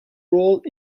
role